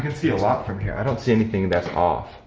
and see a lot from here i don't see anything that's off.